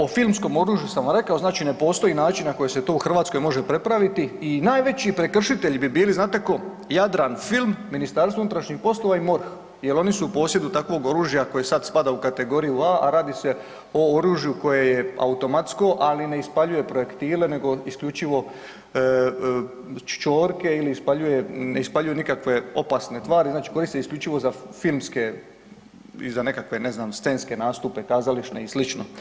O filmskom oružju sam rekao, znači ne postoji način na koji se to u Hrvatskoj može prepraviti i najveći prekršitelji bi bili, znate ko, Jadran film, MUP i MORH jel oni su u posjedu takvog oružja koje sada spada u kategoriju A, a radi se o oružju koje je automatsko, ali ne ispaljuje projektile nego isključivo ćorke ili ispaljuje, ne ispaljuje nikakve opasne tvari, znači koriste isključivo za filmske i za nekakve, ne znam, scenske nastupe, kazalište i slično.